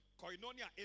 koinonia